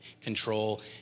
control